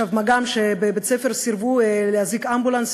בבית-הספר סירבו להזעיק אמבולנס,